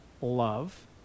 love